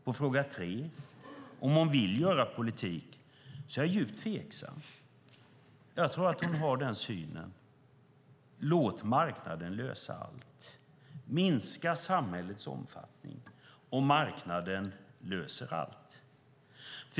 På fråga 2, om hon vill göra politik, är jag djupt tveksam. Jag tror att hon har denna syn: Låt marknaden lösa allt. Minska samhällets omfattning, och marknaden löser allt.